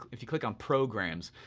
if you click on programs,